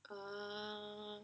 ah